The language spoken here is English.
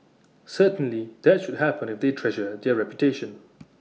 certainly that should happen if they treasure their reputation